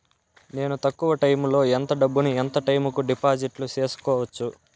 నేను తక్కువ టైములో ఎంత డబ్బును ఎంత టైము కు డిపాజిట్లు సేసుకోవచ్చు?